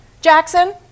Jackson